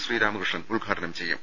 ശ്രീരാമകൃഷ്ണൻ ഉദ്ഘാടനം ചെയ്യും